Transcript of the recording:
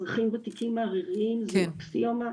אזרחים ותיקים עריריים זו אקסיומה.